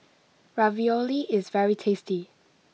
Ravioli is very tasty